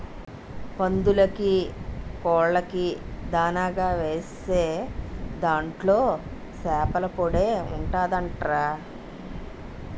పందులకీ, కోళ్ళకీ దానాగా ఏసే దాంట్లో సేపల పొడే ఉంటదంట్రా